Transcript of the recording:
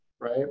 right